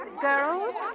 Girls